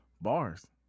Bars